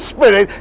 Spirit